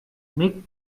make